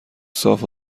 صاف